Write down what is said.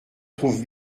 trouve